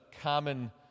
common